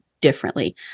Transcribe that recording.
differently